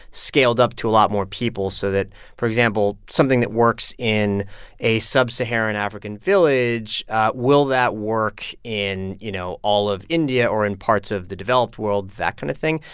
scaled up to a lot more people so that, for example, something that works in a sub-saharan african village will that work in, you know, all of india or in parts of the developed world? that kind of thing.